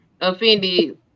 offended